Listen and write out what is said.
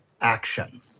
action